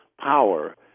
power